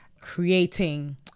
creating